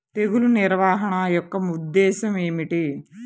తెగులు నిర్వహణ యొక్క ఉద్దేశం ఏమిటి?